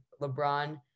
LeBron